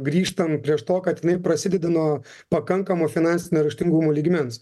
grįžtam prieš to kad jinai prasidedi nuo pakankamo finansinio raštingumo lygmens